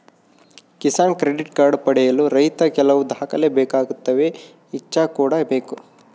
Kisan credit card ಪಡೆಯಲು ರೈತ ಕೆಲವು ದಾಖಲೆ ಬೇಕಾಗುತ್ತವೆ ಇಚ್ಚಾ ಕೂಡ ಬೇಕು